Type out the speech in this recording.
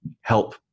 help